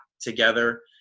together